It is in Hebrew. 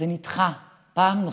זה נדחה פעם נוספת.